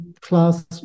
class